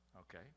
okay